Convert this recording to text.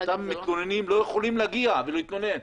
חלקם של המתלוננים לא יכולים להגיע ולהתלונן,